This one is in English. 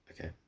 Okay